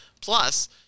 Plus